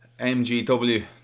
MGW